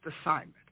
assignment